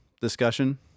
discussion